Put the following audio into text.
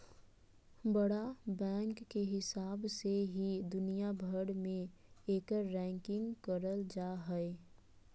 बड़ा बैंक के हिसाब से ही दुनिया भर मे एकर रैंकिंग करल जा हय